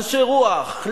אנשי רוח,